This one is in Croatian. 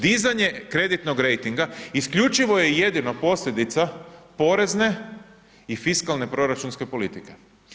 Dizanje kreditnog rejtinga isključivo je i jedino posljedica porezne i fiskalne proračunske politike.